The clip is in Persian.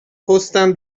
پستم